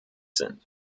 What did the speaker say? sind